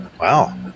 Wow